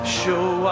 show